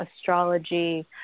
astrology